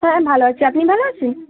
হ্যাঁ আমি ভালো আছি আপনি ভালো আছেন